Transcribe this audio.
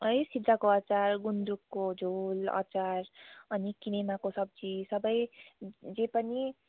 है सिद्राको अचार गुन्द्रुकको झोल अचार अनि किनेमाको सब्जी सबै जे पनि